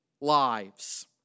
lives